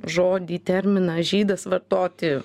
žodį terminas žydas vartoti